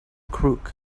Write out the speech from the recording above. crook